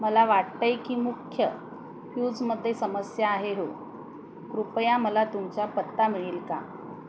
मला वाटत आहे की मुख्य फ्यूजमध्ये समस्या आहे हो कृपया मला तुमचा पत्ता मिळेल का